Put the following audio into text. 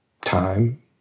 time